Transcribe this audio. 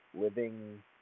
living